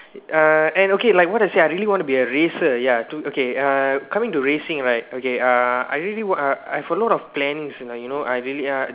uh and okay like what I said I really want to be a racer ya to okay uh coming to racing right okay uh I really want uh I have lot of plans you know I really uh